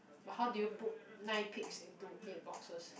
but how do you put nine pics into eight boxes